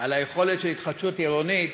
על היכולת של התחדשות עירונית